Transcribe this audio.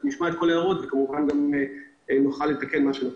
נשמע את כל ההערות, ונוכל לתקן מה שצריך.